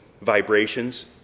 vibrations